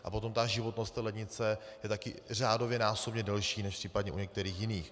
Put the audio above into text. A potom životnost té lednice je taky řádově násobně delší než případně u některých jiných.